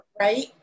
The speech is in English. Right